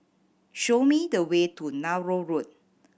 show me the way to Nallur Road